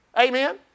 Amen